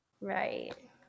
Right